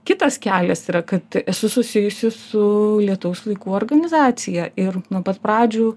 kitas kelias yra kad esu susijusi su lietaus vaikų organizacija ir nuo pat pradžių